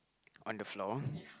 on the floor